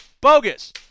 Bogus